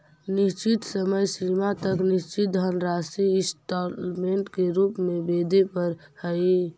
निश्चित समय सीमा तक निश्चित धनराशि इंस्टॉलमेंट के रूप में वेदे परऽ हई